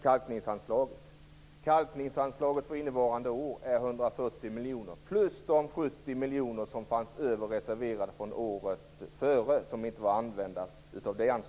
Kalkningsanslaget för innevarande år är 140 miljoner plus de 70 miljoner av det reserverade anslaget från året före som inte hade använts.